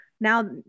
now